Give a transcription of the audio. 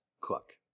cook